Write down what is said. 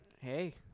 Hey